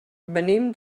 venim